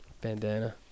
bandana